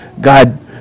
God